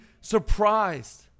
surprised